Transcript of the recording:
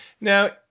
now